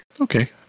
Okay